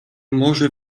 morze